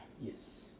Yes